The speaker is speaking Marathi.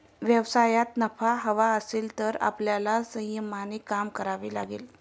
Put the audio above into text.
व्यवसायात नफा हवा असेल तर आपल्याला संयमाने काम करावे लागेल